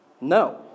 No